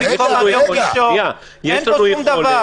אולי שניים,